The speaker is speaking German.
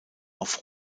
auf